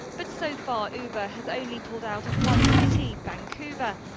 but so far uber has only pulled out of one city, vancouver,